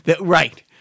Right